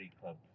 club